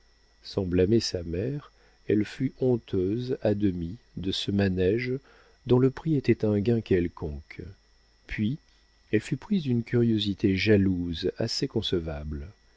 sans blâmer sa mère elle fut honteuse à demi de ce manége dont le prix était un gain quelconque puis elle fut prise d'une curiosité jalouse assez concevable